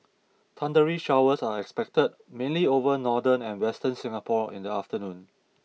thundery showers are expected mainly over northern and western Singapore in the afternoon